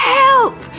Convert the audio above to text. help